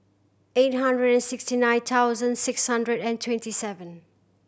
eight hundred and sixty nine thousand six hundred and twenty seven